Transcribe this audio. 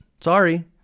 Sorry